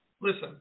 Listen